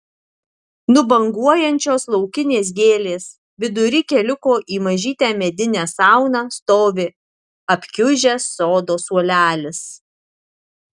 nubanguojančios laukinės gėlės vidury keliuko į mažytę medinę sauną stovi apkiužęs sodo suolelis